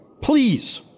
Please